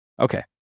Okay